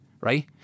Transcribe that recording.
right